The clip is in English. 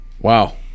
Wow